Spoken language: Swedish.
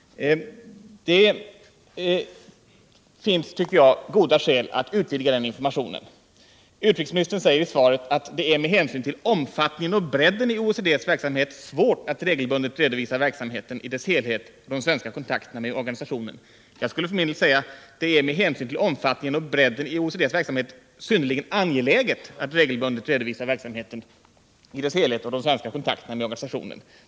Jag tycker att det finns goda skäl att utvidga den informationen. Utrikesministern säger i sitt svar bl.a.: ”Det är med hänsyn till omfattningen och bredden av OECD:s verksamhet svårt att regelbundet redovisa verksamheten i dess helhet och de svenska kontakterna med organisationen.” Jag skulle vilja säga att det med hänsyn till omfattningen och bredden av OECD:s verksamhet är synnerligen angeläget att regelbundet redovisa verksamheten i dess helhet och de svenska kontakterna med organisationen.